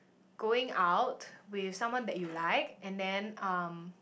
going out with someone that you like and then um